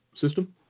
system